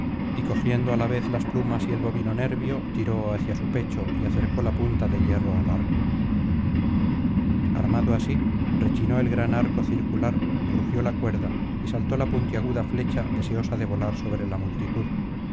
y cogiendo á la vez las plumas y el bovino nersio tiró hacia su pecho y acercó la punta de hierro al arco armado así rechinó el gran arco circular crujió la cuerda y saltó la puntiaguda flecha deseosa de volar sobre la multitud